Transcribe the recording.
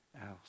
else